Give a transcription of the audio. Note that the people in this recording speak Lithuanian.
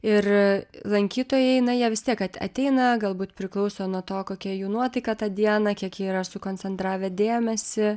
ir lankytojai na jie vis tiek a ateina galbūt priklauso nuo to kokia jų nuotaika tą dieną kiek jie yra sukoncentravę dėmesį